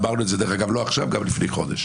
אמרנו את זה דרך אגב לא עכשיו, גם לפני חודשיים.